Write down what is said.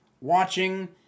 watching